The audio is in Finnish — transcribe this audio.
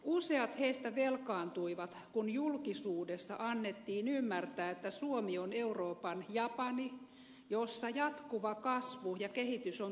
useat heistä velkaantuivat kun julkisuudessa annettiin ymmärtää että suomi on euroopan japani jossa jatkuva kasvu ja kehitys on turvattu